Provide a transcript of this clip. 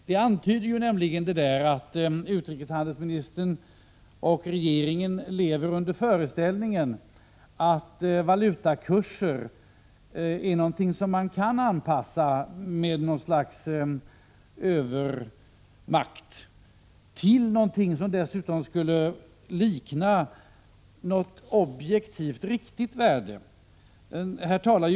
Det antyder nämligen att utrikeshandelsministern och regeringen lever i föreställningen att valutakurserna kan anpassas med något slags övermakt till något som dessutom skulle likna ett objektivt riktigt värde.